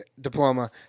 Diploma